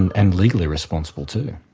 and and legally responsible too.